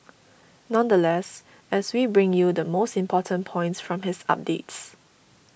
nonetheless as we bring you the important points from his updates